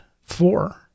four